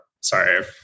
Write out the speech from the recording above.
sorry